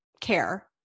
care